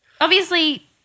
obviously-